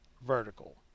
vertical